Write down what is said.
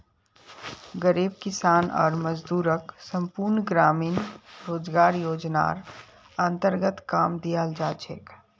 गरीब किसान आर मजदूरक संपूर्ण ग्रामीण रोजगार योजनार अन्तर्गत काम दियाल जा छेक